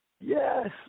Yes